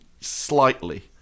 slightly